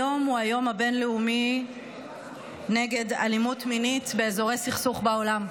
היום הוא היום הבין-לאומי נגד אלימות מינית באזורי סכסוך בעולם.